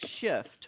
shift